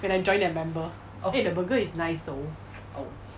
when I join their member eh the burger is nice though